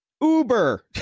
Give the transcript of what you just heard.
Uber